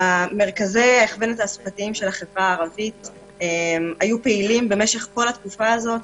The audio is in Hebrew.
מרכזי ההכוון התעסוקתיים של החברה הערבית היו פעילים משך כל התקופה הזו,